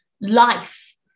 life